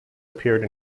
appeared